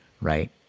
right